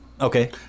Okay